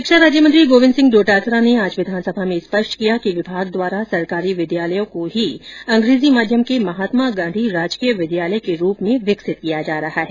शिक्षा राज्य मंत्री गोविंद सिंह डोटासरा ने आज विधानसभा में स्पष्ट किया कि विभाग द्वारा सरकारी विद्यालयों को ही अंग्रेजी माध्यम के महात्मा गांधी राजकीय विद्यालय के रूप में विकसित किया जा रहा है